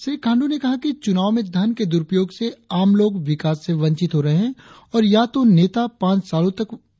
श्री खांडू ने कहा कि चुनाव में धन के दुरुपयोग से आम लोग विकास से वंचित हो रहे है और या तो नेता पांच सालों तक वंचित हो रहे है